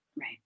Right